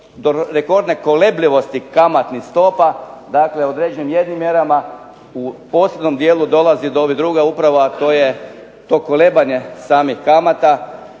rekordne kolebljivosti kamatnih stopa, dakle određen jednim mjerama u posebnom dijelu dolazi do … /Govornik se ne razumije./… to je to kolebanje samih kamata